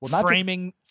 framing